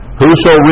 whoso